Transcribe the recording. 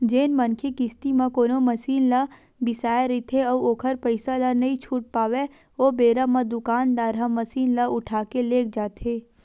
जेन मनखे किस्ती म कोनो मसीन ल बिसाय रहिथे अउ ओखर पइसा ल नइ छूट पावय ओ बेरा म दुकानदार ह मसीन ल उठाके लेग जाथे